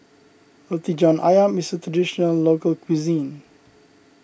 Roti John Ayam is a Traditional Local Cuisine